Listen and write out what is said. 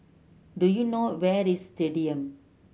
do you know where is Stadium